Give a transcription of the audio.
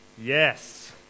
Yes